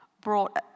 brought